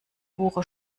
buche